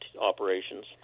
operations